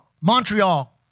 Montreal